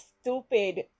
stupid